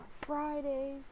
Friday